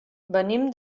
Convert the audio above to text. venim